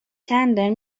چندلر